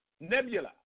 Nebula